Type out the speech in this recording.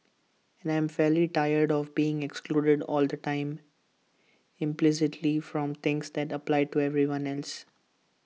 and I'm fairly tired of being excluded all the time implicitly from things that apply to everyone else